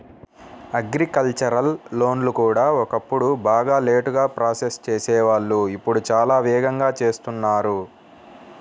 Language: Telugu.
అగ్రికల్చరల్ లోన్లు కూడా ఒకప్పుడు బాగా లేటుగా ప్రాసెస్ చేసేవాళ్ళు ఇప్పుడు చాలా వేగంగా ఇస్తున్నారు